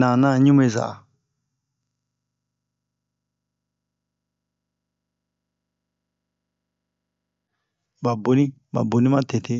nanan ɲuɓeza ɓa boni ɓa boni matete